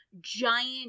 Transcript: giant